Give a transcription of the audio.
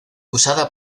usada